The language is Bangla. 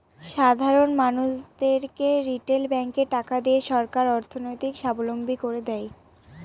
সাধারন মানুষদেরকে রিটেল ব্যাঙ্কে টাকা দিয়ে সরকার অর্থনৈতিক সাবলম্বী করে দেয়